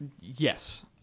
Yes